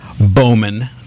Bowman